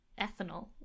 ethanol